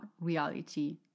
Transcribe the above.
reality